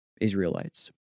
Israelites